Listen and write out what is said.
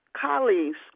colleagues